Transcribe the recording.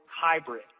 hybrid